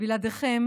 בלעדיכם